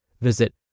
Visit